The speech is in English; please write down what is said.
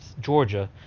Georgia